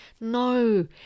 No